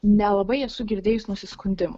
nelabai esu girdėjus nusiskundimų